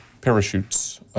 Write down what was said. parachutes